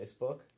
Facebook